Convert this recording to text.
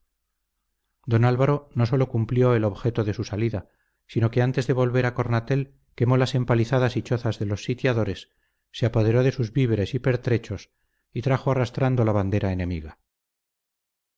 don álvaro no sólo cumplió el objeto de su salida sino que antes de volver a cornatel quemó las empalizadas y chozas de los sitiadores se apoderó de sus víveres y pertrechos y trajo arrastrando la bandera enemiga